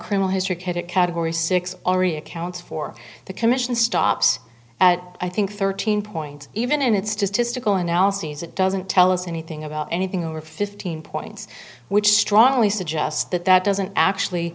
criminal history credit category six already accounts for the commission stops at i think thirteen point even and it's just to stickle analyses it doesn't tell us anything about anything over fifteen points which strongly suggest that that doesn't actually